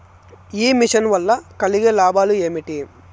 ఈ మిషన్ వల్ల కలిగే లాభాలు ఏమిటి?